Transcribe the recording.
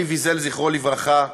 אלי ויזל, זכרו לברכה,